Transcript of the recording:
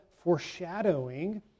foreshadowing